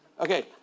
Okay